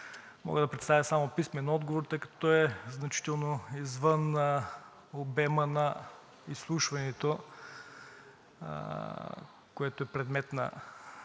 мога да представя само писмен отговор, тъй като е значително извън обема на изслушването, което е предмет на